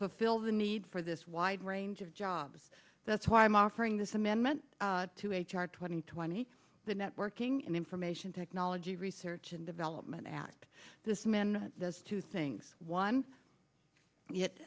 fulfill the need for this wide range of jobs that's why i'm offering this amendment to h r twenty twenty the networking and information technology research and development act this man does two things one